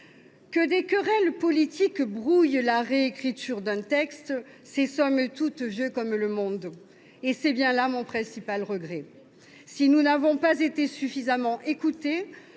Que des querelles politiques brouillent la réécriture d’un texte, c’est, somme toute, vieux comme le monde, et c’est bien là mon principal regret. Si nous n’avons pas été suffisamment écoutés,